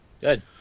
Good